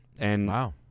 Wow